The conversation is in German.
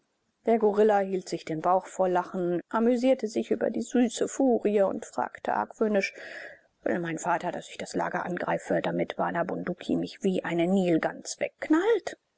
der gorilla hielt sich den bauch vor lachen amüsierte sich über die süße furie und fragte argwöhnisch will mein vater daß ich das lager angreife damit bana bunduki mich wie eine nilgans wegknallt